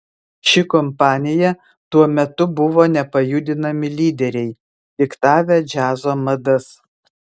ši kompanija tuo metu buvo nepajudinami lyderiai diktavę džiazo madas